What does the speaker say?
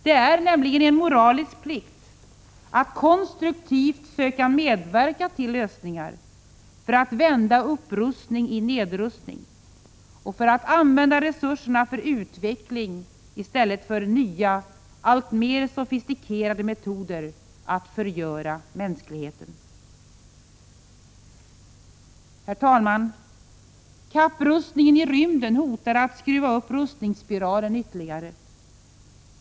Det är nämligen en moralisk plikt att konstruktivt söka medverka till lösningar för att vända upprustning till nedrustning och för att använda resurserna till utveckling i stället för till nya och alltmer sofistikerade metoder att förgöra mänskligheten. Herr talman! Kapprustningen i rymden hotar att skruva upp rustningsspiralen ytterligare.